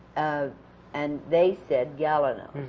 ah and they said galanos.